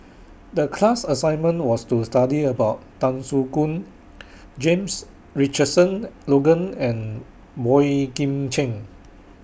The class assignment was to study about Tan Soo Khoon James Richardson Logan and Boey Kim Cheng